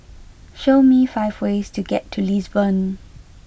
show me five ways to get to Lisbon